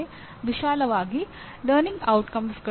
ಇದರ ಉಪವಿಭಾಗವಾಗಿ ಪ್ರೋಗ್ರಾಮ್ ಪರಿಣಾಮ